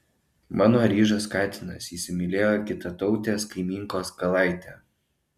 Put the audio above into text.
mano ryžas katinas įsimylėjo kitatautės kaimynkos kalaitę